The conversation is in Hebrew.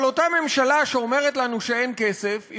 אבל אותה ממשלה שאומרת לנו שאין כסף היא